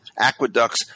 Aqueducts